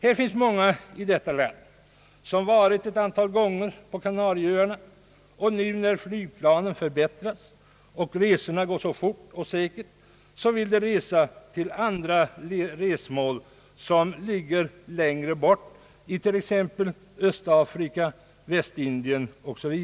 Här finns många i detta land som varit ett antal gånger på Kanarieöarna. Nu när flygplanen förbättrats och resorna går så fort och säkert, vill de fara till andra resmål som ligger längre bort, till exempel i Östafrika eller Västindien.